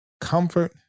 comfort